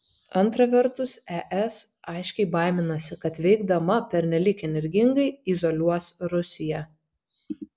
antra vertus es aiškiai baiminasi kad veikdama pernelyg energingai izoliuos rusiją